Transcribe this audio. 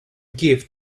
gave